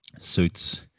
suits